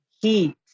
heat